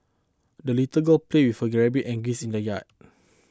the little girl played with her rabbit and geese in the yard